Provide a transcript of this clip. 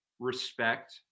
respect